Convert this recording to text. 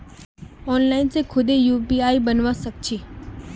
online से खुदे UPI बनवा सक छी